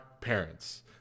parents